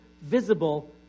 visible